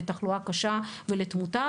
לתחלואה קשה ולתמותה,